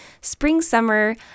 spring-summer